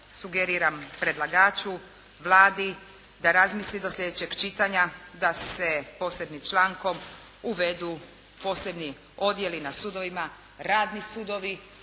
sugeriram predlagaču, Vladi da razmisli do sljedećeg čitanja da se posebnim člankom uvedu posebni odjeli na sudovima radni sudovi